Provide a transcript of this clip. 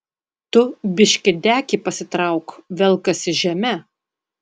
tu biškį dekį pasitrauk velkasi žeme